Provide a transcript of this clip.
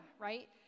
right